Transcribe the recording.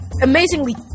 amazingly